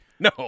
No